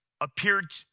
appeared